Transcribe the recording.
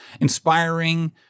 inspiring